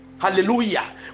Hallelujah